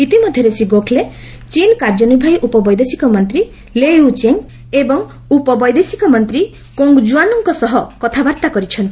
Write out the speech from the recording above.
ଇତିମଧ୍ୟରେ ଶ୍ରୀ ଗୋଖ୍ଲେ ଚୀନ କାର୍ଯ୍ୟନିର୍ବାହୀ ଉପ ବୈଦେଶିକ ମନ୍ତ୍ରୀ ଲେ ଉ ଚେଙ୍ଗ୍ ଏବଂ ଉପ ବୈଦେଶିକ ମନ୍ତ୍ରୀ କୋଙ୍ଗ୍ ଜୁଆନୁଙ୍କ ସହ କଥାବାର୍ତ୍ତା କରିଛନ୍ତି